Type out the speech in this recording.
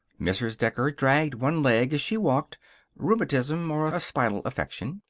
mrs. decker dragged one leg as she walked rheumatism, or a spinal affection.